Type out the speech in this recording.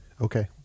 Okay